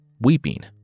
weeping